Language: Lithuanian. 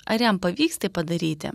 ar jam pavyks tai padaryti